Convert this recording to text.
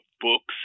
books